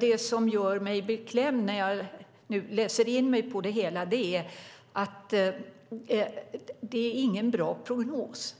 Det som gör mig beklämd när jag nu läser in mig på det hela är att det inte är någon bra prognos.